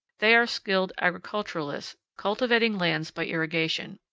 they are skilled agriculturists, cultivating lands by irrigation.